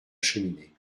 cheminée